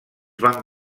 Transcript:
van